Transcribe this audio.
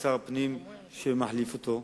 כשר הפנים שמחליף אותו,